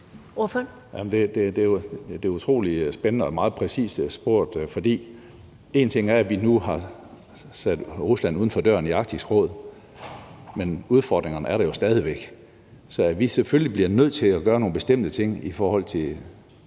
Det er utrolig spændende – og meget præcis spurgt – for én ting er, at vi nu har sat Rusland uden for døren i Arktisk Råd, men udfordringerne er der jo stadig væk. Så vi bliver selvfølgelig nødt til at gøre nogle bestemte ting i forhold til